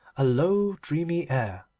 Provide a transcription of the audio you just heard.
a low dreamy air.